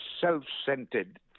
self-centered